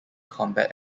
combat